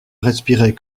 respirait